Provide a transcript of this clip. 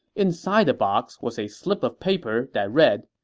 inside the box was a slip of paper that read,